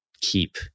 keep